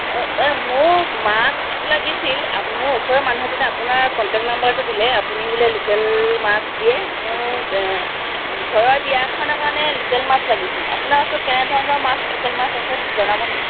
মোক মাছ লাগিছিল মোৰ ওচৰৰে মানুহ এজনে আপোনাৰ কনটেক্ট নাম্বাৰটো দিলে আপুনি বোলে লোকেল মাছ দিয়ে মোক ঘৰৰ বিয়া এখনৰ কাৰণে লোকেল মাছ লাগিছিল আপোনাৰ ওচৰত কেনেধৰণৰ মাছ লোকেল মাছ আছে জনাব নেকি